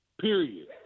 Period